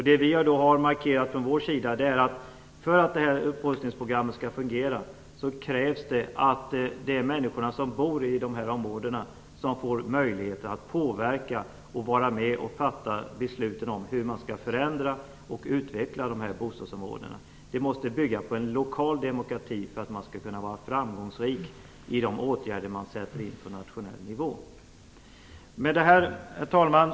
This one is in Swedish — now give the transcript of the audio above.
Det som vi från vår sida har markerat är att det för att detta upprustningsprogram skall fungera krävs att de människor som bor i dessa områden får möjligheter att påverka och bidra till att fatta beslut om hur man skall förändra och utveckla dessa bostadsområden. Detta måste bygga på en lokal demokrati för att de åtgärder som man sätter in på nationell nivå skall kunna bli framgångsrika. Herr talman!